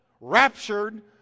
raptured